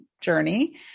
journey